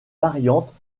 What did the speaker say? variantes